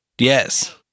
Yes